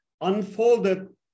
unfolded